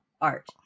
art